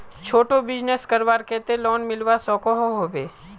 छोटो बिजनेस करवार केते लोन मिलवा सकोहो होबे?